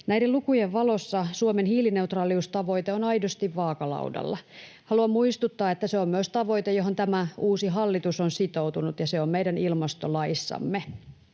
Näiden lukujen valossa Suomen hiilineutraaliustavoite on aidosti vaakalaudalla. Haluan muistuttaa, että se on myös tavoite, johon tämä uusi hallitus on sitoutunut, ja se on meidän ilmastolaissamme.